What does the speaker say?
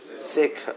thick